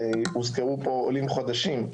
הוזכרו פה עולים חדשים.